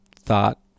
thought